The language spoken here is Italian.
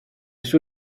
sue